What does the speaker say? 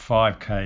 5k